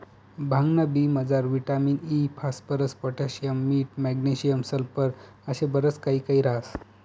भांगना बी मजार विटामिन इ, फास्फरस, पोटॅशियम, मीठ, मॅग्नेशियम, सल्फर आशे बरच काही काही ह्रास